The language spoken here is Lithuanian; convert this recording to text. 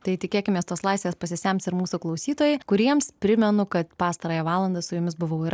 tai tikėkimės tos laisvės pasisems ir mūsų klausytojai kuriems primenu kad pastarąją valandą su jumis buvau ir